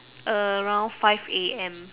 around five A_M